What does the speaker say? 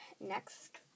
next